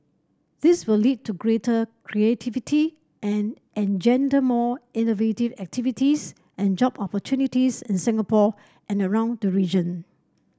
this will lead to greater creativity and engender more innovative activities and job opportunities in Singapore and around the region